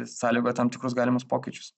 sąlygoja tam tikrus galimus pokyčius